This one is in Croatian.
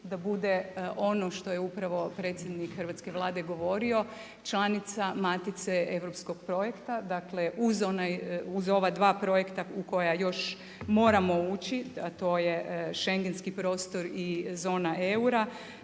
da bude ono što je upravo predsjednik hrvatske Vlade govorio. Članica matice europskog projekta, dakle u ova dva projekat u koja još moramo ući, a to je schengenski prostor i zona eura,